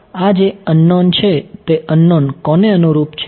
આ જે અનનોન છે તે અનનોન કોને અનુરૂપ છે